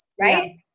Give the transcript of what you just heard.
right